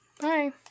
Bye